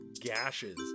gashes